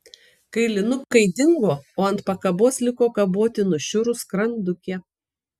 kailinukai dingo o ant pakabos liko kaboti nušiurus skrandukė